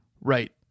Right